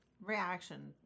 reaction